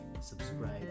subscribe